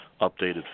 updated